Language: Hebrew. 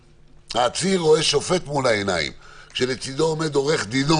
העציר רואה שופט מול העיניים כשלצידו עומד עורך דינו.